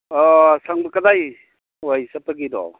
ꯑꯣ ꯀꯗꯥꯏꯋꯥꯏ ꯆꯠꯄꯒꯤꯅꯣ